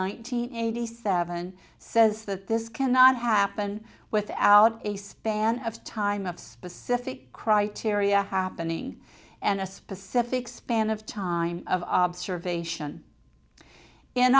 hundred eighty seven says that this cannot happen without a span of time of specific criteria happening and a specific span of time of observation in